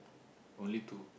only two